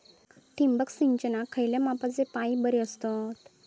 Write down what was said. ठिबक सिंचनाक खयल्या मापाचे पाईप बरे असतत?